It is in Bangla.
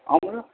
আমরা